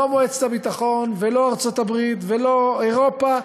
לא מועצת הביטחון ולא ארצות-הברית ולא אירופה,